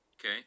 Okay